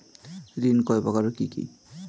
ঋণ কয় প্রকার ও কি কি?